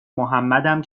محمدم